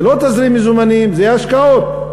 זה לא תזרים מזומנים, זה השקעות.